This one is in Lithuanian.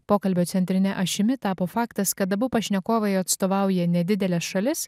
pokalbio centrine ašimi tapo faktas kad abu pašnekovai atstovauja nedideles šalis